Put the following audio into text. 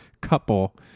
couple